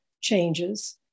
changes